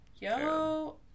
Yo